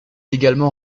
également